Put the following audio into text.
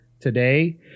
today